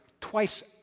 twice